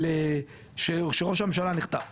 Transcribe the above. של שראש הממשלה נחטף